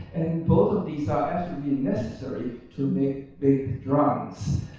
and both of these are absolutely necessary to make big drums.